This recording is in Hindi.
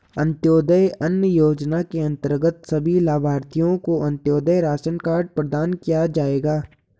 अंत्योदय अन्न योजना के अंतर्गत सभी लाभार्थियों को अंत्योदय राशन कार्ड प्रदान किया जाएगा